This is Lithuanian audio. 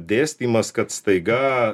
dėstymas kad staiga